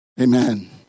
Amen